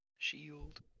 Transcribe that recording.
Shield